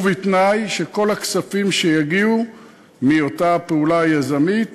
ובתנאי שכל הכספים מאותה פעולה יזמית